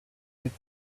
back